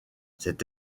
cet